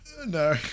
No